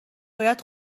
باید